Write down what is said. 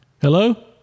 Hello